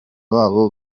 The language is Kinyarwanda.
babo